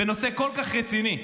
בנושא כל כך רציני,